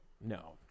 No